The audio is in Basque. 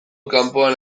kanpoan